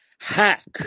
hack